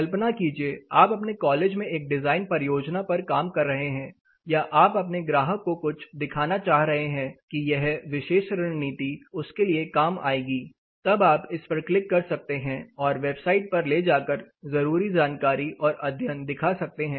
कल्पना कीजिए आप अपने कॉलेज में एक डिजाइन परियोजना पर काम कर रहे हैं या आप अपने ग्राहक को कुछ दिखाना चाह रहे हैं कि यह विशेष रणनीति उसके लिए काम आएगी तब आप इस पर क्लिक कर सकते हैं और वेबसाइट पर ले जाकर जरूरी जानकारी और अध्ययन दिखा सकते हैं